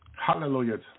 Hallelujah